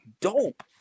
dope